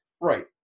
Right